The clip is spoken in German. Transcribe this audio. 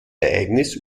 ereignis